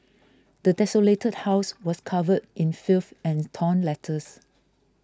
the desolated house was covered in filth and torn letters